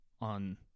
on